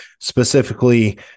specifically